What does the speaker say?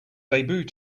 debut